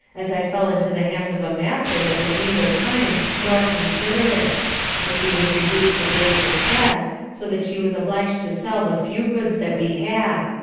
as i fell into the hands of a master that was neither kind nor considerate and she was reduced to great distress, so that she was oblig'd to sell the few goods that we had,